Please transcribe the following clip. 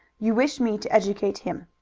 you wish me to educate him.